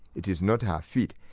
it is not her feet'.